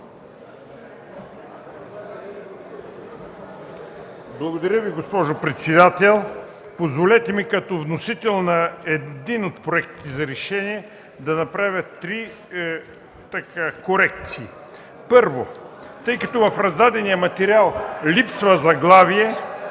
Благодаря Ви, госпожо председател. Позволете ми като вносител на един от проектите за решения да направя три корекции. Първо, тъй като в раздадения материал липсва заглавие,